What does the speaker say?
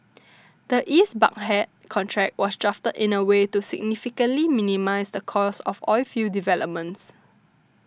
the East Baghdad contract was drafted in a way to significantly minimise the cost of oilfield developments